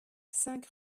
cinq